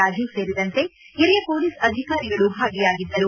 ರಾಜು ಸೇರಿದಂತೆ ಹಿರಿಯ ಮೊಲೀಸ್ ಅಧಿಕಾರಿಗಳು ಭಾಗಿಯಾಗಿದ್ದರು